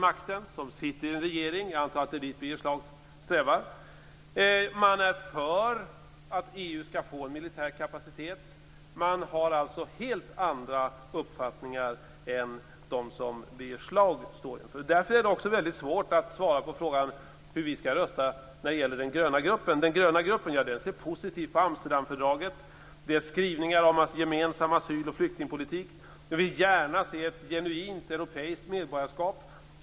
Han sitter nu i en regering och har makt. Jag antar att det är dit Birger Schlaug strävar. Där är man för att EU skall få en militär kapacitet och har alltså helt andra uppfattningar än dem som Birger Schlaug står för. Därför är det också väldigt svårt att svara på frågan hur vi skall rösta i förhållande till den gröna gruppen. Den gröna gruppen ser positivt på Amsterdamfördraget och dess skrivningar om gemensam asyl och flyktingpolitik. Den vill gärna se ett genuint europeiskt medborgarskap.